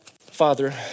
Father